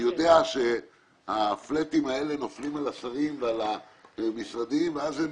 אני יודע שה-flat-ים האלה נופלים על השרים ועל המשרדים ואז הם